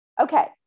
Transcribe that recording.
Okay